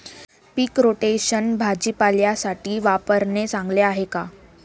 पीक rotation भाजीपाल्यासाठी वापरणे चांगले आहे का?